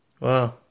Wow